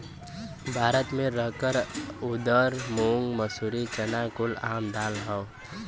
भारत मे रहर ऊरद मूंग मसूरी चना कुल आम दाल हौ